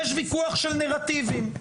יש ויכוח של נרטיבים,